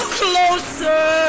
closer